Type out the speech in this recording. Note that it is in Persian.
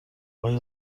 آقای